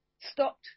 stopped